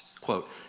Quote